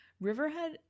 Riverhead